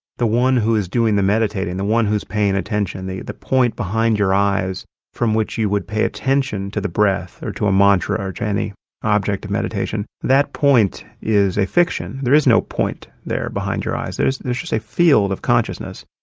the one who is doing the meditating, the one who is paying attention, the the point behind your eyes from which you would pay attention to the breath or to a mantra or to any object of meditation, that point is a fiction. there is no point there behind your eyes. there's there's just a field of consciousness.